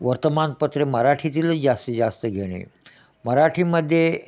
वर्तमानपत्रे मराठीतीलच जास्तीत जास्त घेणे मराठीमध्ये